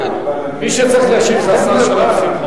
מי שצריך להשיב זה השר שלום שמחון.